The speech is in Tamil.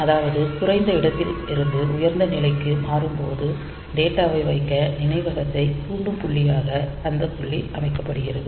அதாவது குறைந்த இடத்திலிருந்து உயர்ந்த நிலைக்கு மாறும்போது டேட்டாவை வைக்க நினைவகத்தைத் தூண்டும் புள்ளியாக அந்த புள்ளி அமைக்கப்படுகிறது